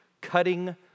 cutting